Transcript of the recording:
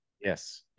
Yes